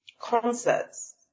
concerts